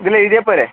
ഇതിൽ എഴുതിയാൽ പോരേ